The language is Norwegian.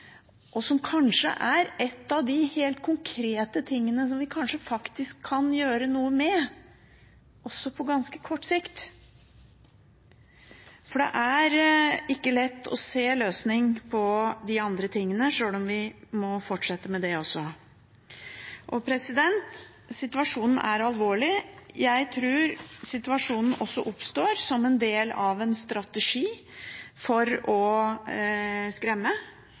Det er kanskje en av de helt konkrete tingene vi kan gjøre noe med, også på ganske kort sikt. Det er ikke lett å se en løsning på de andre tingene, sjøl om vi må fortsette å jobbe med dem også. Situasjonen er alvorlig. Jeg tror situasjonen også oppstår som en del av en strategi for å skremme